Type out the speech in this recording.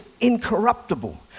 incorruptible